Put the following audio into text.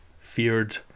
feared